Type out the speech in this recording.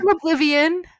Oblivion